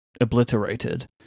obliterated